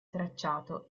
tracciato